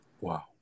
Wow